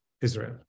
Israel